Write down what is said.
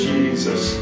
Jesus